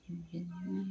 बिदिनो